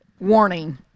warning